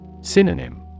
Synonym